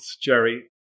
Jerry